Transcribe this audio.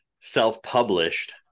self-published